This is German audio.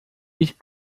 licht